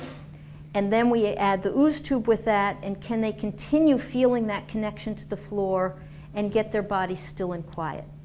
and then we add the ooze-tube with that and can they continue feeling that connection to the floor and get their body still and quiet